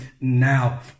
now